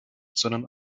sondern